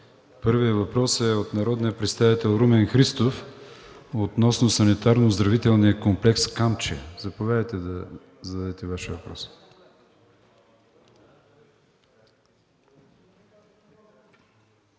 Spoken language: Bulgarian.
Първият въпрос е от народния представител Румен Христов – относно Санаторно-оздравителния комплекс „Камчия“. Заповядайте да зададете Вашия въпрос.